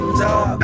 top